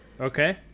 Okay